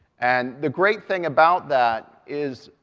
and the great thing about that is,